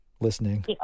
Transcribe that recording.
listening